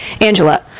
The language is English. Angela